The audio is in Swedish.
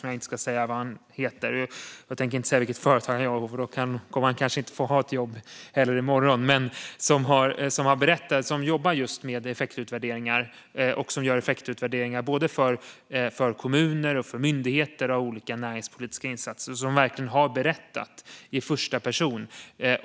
Jag tänker inte säga vad han heter eller vilket företag han jobbar på, för då har han kanske inget jobb i morgon. Han gör effektutvärderingar av olika näringspolitiska insatser åt både kommuner och olika myndigheter.